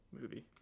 movie